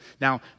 Now